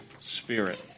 spirit